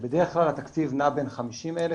כשבדרך כלל התקציב נע בין 50,000-150,000